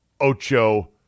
Ocho